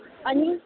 अनि